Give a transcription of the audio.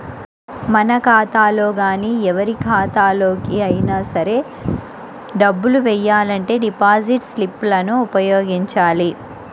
మన ఖాతాలో గానీ ఎవరి ఖాతాలోకి అయినా సరే డబ్బులు వెయ్యాలంటే డిపాజిట్ స్లిప్ లను ఉపయోగించాలి